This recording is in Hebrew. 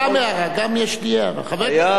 חבר הכנסת בן-ארי, סבלנות.